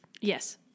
Yes